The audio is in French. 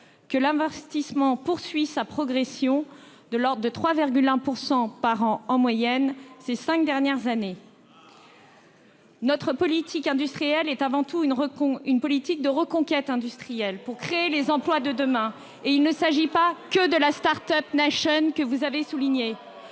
que l'investissement poursuit sa progression- de l'ordre de 3,1 % par an en moyenne sur les cinq dernières années. Et alors ? Notre politique industrielle est avant tout une politique de reconquête industrielle pour créer les emplois de demain. Il ne s'agit pas que de la que vous avez évoquée